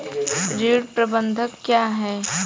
ऋण प्रबंधन क्या है?